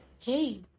Hey